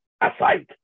aside